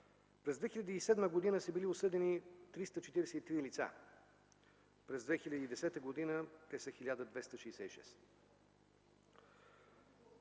През 2007 г. са били осъдени 343 лица, през 2010 г. те са 1266.